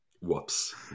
Whoops